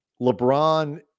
LeBron